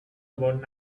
about